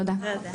תודה.